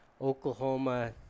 Oklahoma